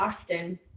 Austin